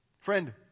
Friend